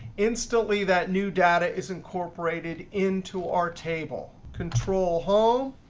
instantly, that new data is incorporated into our table. control home.